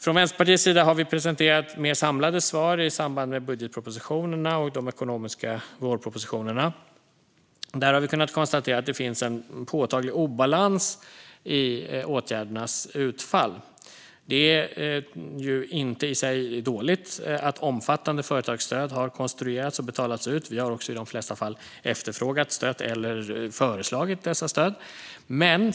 Från Vänsterpartiets sida har vi presenterat mer samlade svar i samband med budgetpropositionerna och de ekonomiska vårpropositionerna. Där har vi kunnat konstatera att det finns en påtaglig obalans i åtgärdernas utfall. Det är inte i sig dåligt att omfattande företagsstöd har konstruerats och betalats ut; vi har också i de flesta fall efterfrågat, stött eller föreslagit dessa stöd.